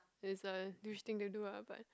is a douche thing to do ah but